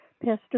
Pastor